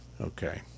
Okay